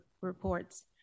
reports